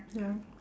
ya